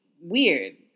weird